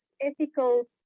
ethical